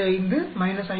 075 5